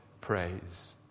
praise